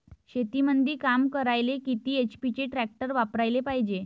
शेतीमंदी काम करायले किती एच.पी चे ट्रॅक्टर वापरायले पायजे?